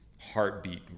heartbeat